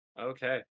Okay